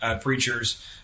preachers